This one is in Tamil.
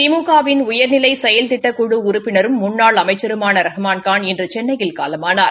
திமுக வின் உயர்நிலை செயல்திட்டக் குழு உறுப்பினரும் முன்னாள் அமைச்சருமான திரு ரஹ்மான்கான் இன்று சென்னையில் காலமானார்